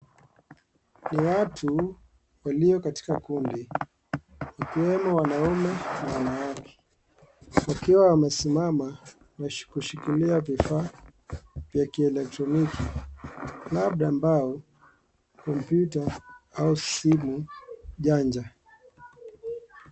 Watu walio katika kundi ikiwemo wanaume na wanawake wakiwa wamesimama na kuzishikilia vifaa ya kielektroniki labda mbao, kompyuta au simu, chaja.